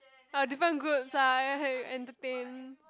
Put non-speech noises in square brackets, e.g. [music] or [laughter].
oh different groups ah [laughs] entertain